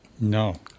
No